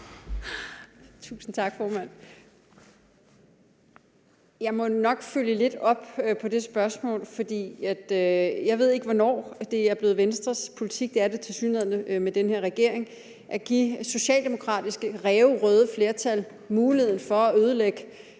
Tusind tak, formand. Jeg må nok følge lidt op på det spørgsmål. For jeg ved ikke, hvornår det er blevet Venstres politik – det er det tilsyneladende med den her regering – at give socialdemokratiske, ræverøde flertal muligheden for, hvad